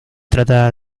trata